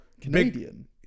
Canadian